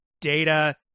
data